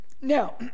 Now